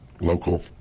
local